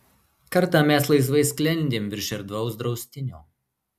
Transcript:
kartą mes laisvai sklendėm virš erdvaus draustinio